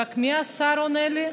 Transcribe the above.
מי השר שעונה לי?